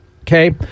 okay